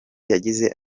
yagize